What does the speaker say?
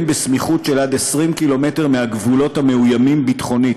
בסמיכות של עד 20 קילומטרים מהגבולות המאוימים ביטחונית,